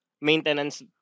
Maintenance